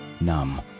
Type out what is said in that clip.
numb